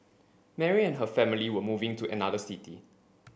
Mary and her family were moving to another city